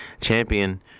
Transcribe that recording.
Champion